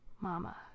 Mama